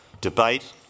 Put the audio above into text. debate